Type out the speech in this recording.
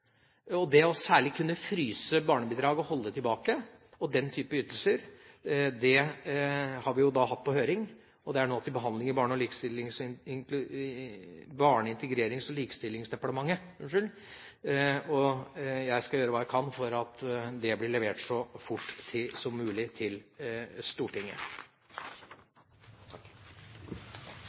Det særlig å kunne fryse barnebidrag, holde det tilbake – den type ytelser – har vi hatt på høring. Dette er nå til behandling i Barne-, likestillings- og inkluderingsdepartementet, og jeg skal gjøre hva jeg kan for at det blir levert så fort som mulig til Stortinget.